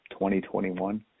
2021